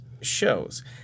shows